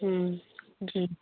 हम्म जी